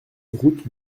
route